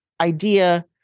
idea